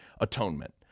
atonement